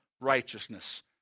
righteousness